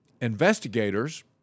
investigators